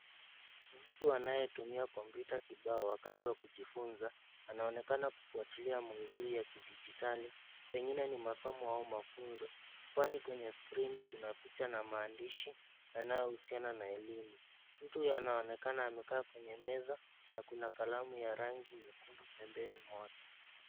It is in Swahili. Mtu anayetumia kompyuta kibao wakati wa kujifunza anaonekana kufuatilia maudhui ya kidijitali, pengine ni masomo au mafunzo kwani kwenye skrini kuna picha na maandishi yanayohusiana na elimu. Mtu huyu anaonekana amekaa kwenye meza na kuna kalamu ya rangi nyekundu pembeni mwake.